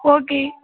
okay